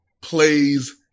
Plays